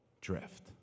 drift